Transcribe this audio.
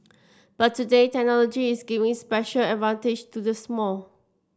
but today technology is giving special advantage to the small